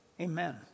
Amen